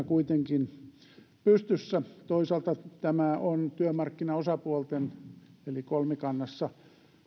kuitenkin pystyssä toisaalta tämä on työmarkkinaosapuolten hyväksymä eli kolmikannassa